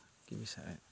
কি বিচাৰে